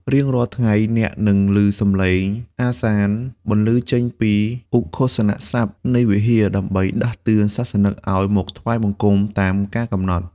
រៀងរាល់ថ្ងៃ អ្នកនឹងឮសម្លេងអាហ្សាន បន្លឺចេញពីឧគ្ឃោសនសព្ទនៃវិហារ ដើម្បីដាស់តឿនសាសនិកឱ្យមកថ្វាយបង្គំតាមកាលកំណត់។